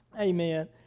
Amen